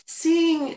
seeing